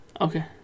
Okay